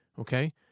Okay